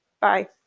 Bye